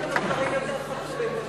יש לנו דברים יותר חשובים לשנות,